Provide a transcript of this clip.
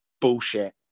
bullshit